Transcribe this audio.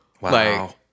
Wow